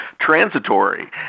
transitory